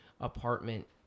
apartment